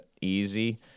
easy